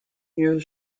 near